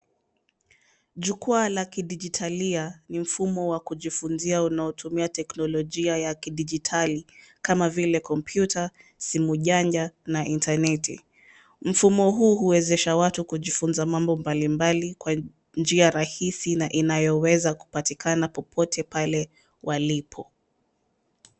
Jukwaa la kidijitalia ni mfumo wa kujifunzia unaotumia teknolojia ya kidijitali kama vile kompyuta, simu janja na intaneti. Mfumo huu huwezesha watu kujifunza mambo mbalimbali kwa njia rahisi na inaweza kupatikana popote pale walipo.